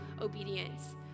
obedience